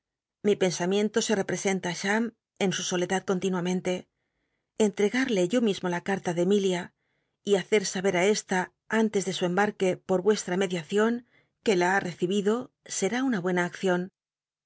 lli pensamiento se relli'csenta i cham en su soledad continuamente entregarle yo mismo la carla de emilia y hacer saber i esta antes de su cmbarque por vuestra mediación que la ha recibido será una buena accion